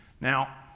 Now